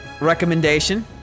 recommendation